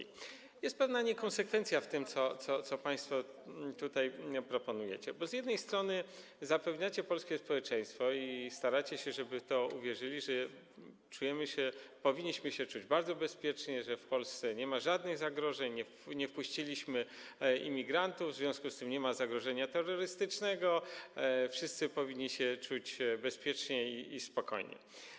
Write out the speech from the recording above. Jest pewna niekonsekwencja w tym, co państwo tutaj proponujecie, bo z jednej strony zapewniacie polskie społeczeństwo i staracie się, żeby w to uwierzyli, że czujemy się, powinniśmy czuć się bardzo bezpiecznie, że w Polsce nie ma żadnych zagrożeń, nie wpuściliśmy imigrantów, w związku z tym nie ma zagrożenia terrorystycznego, wszyscy powinni się czuć bezpieczniej i spokojniej.